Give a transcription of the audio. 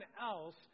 else